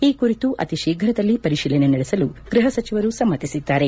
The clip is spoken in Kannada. ಈ ಕುರಿತು ಅತಿ ಶೀಘ್ರದಲ್ಲಿ ಪರಿಶೀಲನೆ ನಡೆಸಲು ಗ್ರಹ ಸಚಿವರು ಸಮ್ನತಿಸಿದ್ಗಾರೆ